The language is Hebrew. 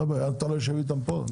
הרי אתה לא תשב איתם לבד,